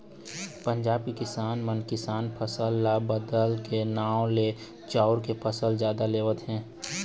पंजाब के किसान मन किसानी फसल ल बदले के नांव ले चाँउर के फसल जादा लेवत हे